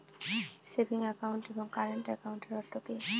Savings account এবং current একাউন্টের অর্থ কি?